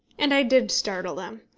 and i did startle them.